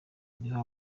iriho